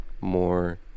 more